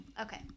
Okay